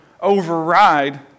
override